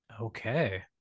Okay